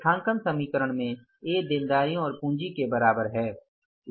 लेखांकन समीकरण में A देनदारियों और पूंजी के बराबर है